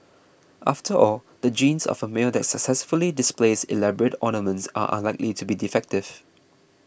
after all the genes of a male that successfully displays elaborate ornaments are unlikely to be defective